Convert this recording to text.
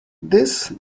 this